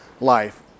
life